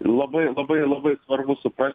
labai labai labai svarbu suprast